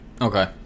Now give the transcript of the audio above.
Okay